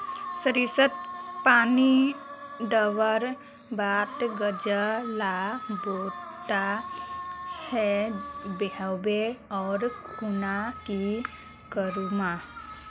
सरिसत पानी दवर बात गाज ला बोट है होबे ओ खुना की करूम?